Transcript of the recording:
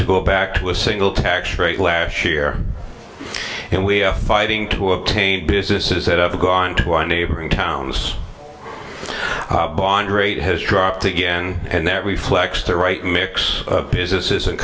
to go back to a single tax rate last year and we are fighting to obtain businesses that have gone to our neighboring towns bond rate has dropped again and that reflects the right mix of businesses and